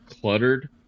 cluttered